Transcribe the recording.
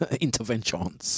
intervention